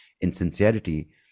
insincerity